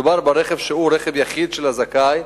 מדובר ברכב שהוא רכב יחיד של הזכאי,